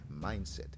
Mindset